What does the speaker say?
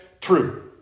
True